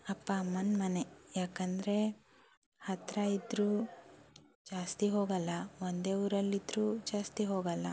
ಅಪ್ಪ ಅಮ್ಮನ ಮನೆ ಯಾಕಂದರೆ ಹತ್ತಿರ ಇದ್ದರೂ ಜಾಸ್ತಿ ಹೋಗಲ್ಲ ಒಂದೇ ಊರಲ್ಲಿದ್ದರೂ ಜಾಸ್ತಿ ಹೋಗಲ್ಲ